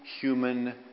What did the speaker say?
human